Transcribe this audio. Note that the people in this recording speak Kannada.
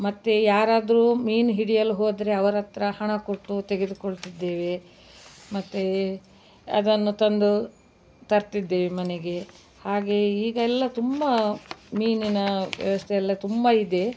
ಮತ್ತು ಯಾರಾದರೂ ಮೀನು ಹಿಡಿಯಲು ಹೋದರೆ ಅವರ ಹತ್ತಿರ ಹಣ ಕೊಟ್ಟು ತೆಗೆದುಕೊಳ್ತಿದ್ದೇವೆ ಮತ್ತು ಅದನ್ನು ತಂದು ತರ್ತಿದ್ದೇವೆ ಮನೆಗೆ ಹಾಗೇ ಹೀಗೆಲ್ಲ ತುಂಬ ಮೀನಿನ ವ್ಯವಸ್ಥೆಯೆಲ್ಲ ತುಂಬ ಇದೆ